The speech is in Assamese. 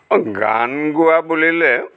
অঁ গান গোৱা বুলিলে